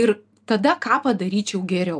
ir tada ką padaryčiau geriau